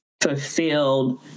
fulfilled